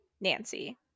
Nancy